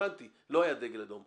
הבנתי שלא היה דגל אדום.